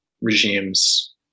regimes